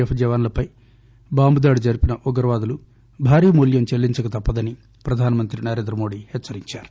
F జవాన్లపై bomb దాడి జరిపిన ఉగ్రవాదులు భారీ మూల్యం చెల్లించకతప్పదని ప్రధానమంత్రి నరేంద్రమోదీ హెచ్సరించారు